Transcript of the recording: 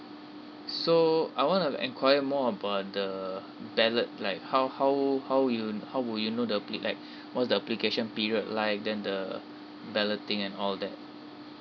so I want to enquire more about the ballot like how how how you how would you know the played like or the application period like then the balloting and all that